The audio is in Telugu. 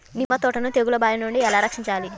నిమ్మ తోటను తెగులు బారి నుండి ఎలా రక్షించాలి?